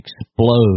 explode